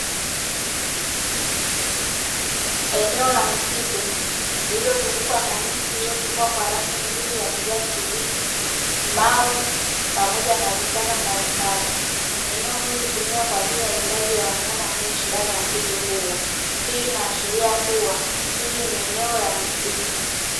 Eneo la misitu lililozungukwa na miti iliyochipua kwa rangi nzuri ya kijani kibichi, mawe pamoja na vichaka mbalimbali, eneo hili hutumika kwa ajili ya hifadhi ya wanyama wanaoishi ndani ya msitu huo, hii inaashiria kuwa hili ni eneo la misitu.